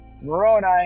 Moroni